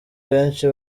benshi